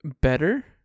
better